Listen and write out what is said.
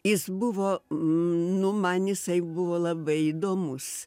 jis buvo nu man jisai buvo labai įdomus